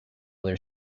their